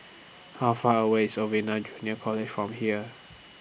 How Far away IS Junior College from here